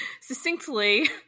succinctly